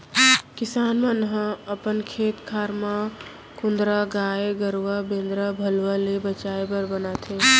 किसान मन ह अपन खेत खार म कुंदरा गाय गरूवा बेंदरा भलुवा ले बचाय बर बनाथे